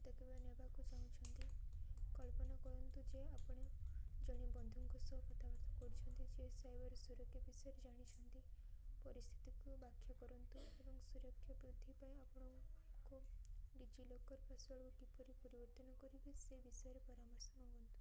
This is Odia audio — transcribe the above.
ମୁଁ ତ କେବେ ନେବାକୁ ଚାହୁଁଛନ୍ତି କଳ୍ପନା କରନ୍ତୁ ଯେ ଆପଣ ଜଣେ ବନ୍ଧୁଙ୍କ ସହ କଥାବାର୍ତ୍ତା କରୁଛନ୍ତି ଯେ ସାଇବର ସୁରକ୍ଷା ବିଷୟରେ ଜାଣିଛନ୍ତି ପରିସ୍ଥିତିକୁ ବାଖ୍ୟ କରନ୍ତୁ ଏବଂ ସୁରକ୍ଷା ବୃଦ୍ଧି ପାଇଁ ଆପଣଙ୍କୁ ଡିଜିଲକର ପାସ୍ୱାର୍ଡ଼କୁ କିପରି ପରିବର୍ତ୍ତନ କରିବେ ସେ ବିଷୟରେ ପରାମର୍ଶ ମାଗନ୍ତୁ